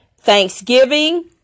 thanksgiving